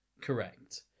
correct